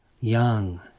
young